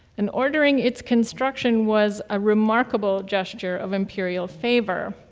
and ordering its construction was a remarkable gesture of imperial favor,